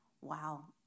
wow